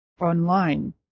online